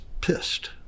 pissed